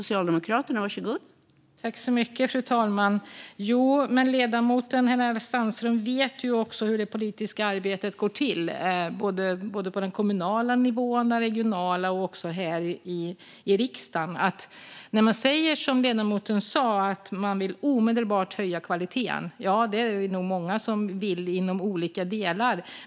Fru talman! Men ledamoten Hänel Sandström vet ju också hur det politiska arbetet går till både på den kommunala och på den regionala nivån och också här i riksdagen. När man säger som ledamoten sa, att man omedelbart vill höja kvaliteten, är vi nog många som vill det inom olika delar.